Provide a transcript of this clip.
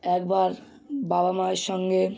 একবার বাবা মায়ের সঙ্গে